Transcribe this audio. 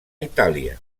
itàlia